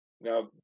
Now